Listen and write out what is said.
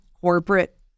corporate